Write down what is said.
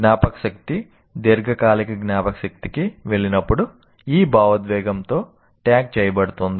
జ్ఞాపకశక్తి దీర్ఘకాలిక జ్ఞాపకశక్తికి వెళ్ళినప్పుడు ఈ భావోద్వేగంతో ట్యాగ్ చేయబడుతుంది